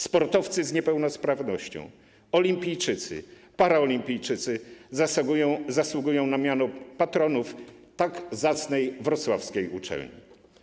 Sportowcy z niepełnosprawnością, olimpijczycy, paraolimpijczycy zasługują na miano patronów tak zacnej wrocławskiej uczelni.